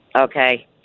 Okay